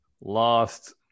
lost